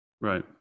Right